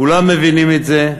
כולם מבינים את זה.